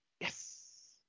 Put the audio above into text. Yes